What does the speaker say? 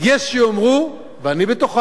יש שיאמרו, ואני בתוכם,